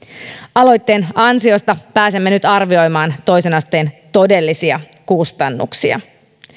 aloitteen ansiosta pääsemme nyt arvioimaan toisen asteen todellisia kustannuksia